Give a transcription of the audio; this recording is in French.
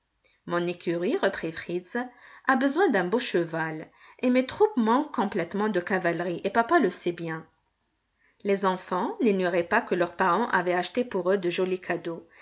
mon écurie reprit fritz a besoin d'un beau cheval et mes troupes manquent complétement de cavalerie et papa le sait bien les enfants n'ignoraient pas que leurs parents avaient acheté pour eux de jolis cadeaux